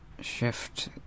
shift